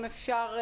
אם אפשר,